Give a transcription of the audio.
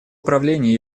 управления